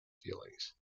feelings